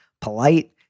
polite